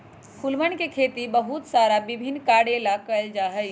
फूलवन के खेती बहुत सारा विभिन्न कार्यों ला कइल जा हई